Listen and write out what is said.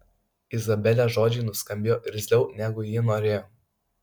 izabelės žodžiai nuskambėjo irzliau negu ji norėjo